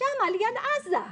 שם ליד עזה,